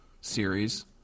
series